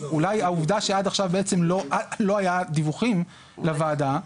אולי העובדה שעכשיו לא היו דיווחים לוועדה,